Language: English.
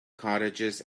cottages